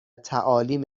تعالیم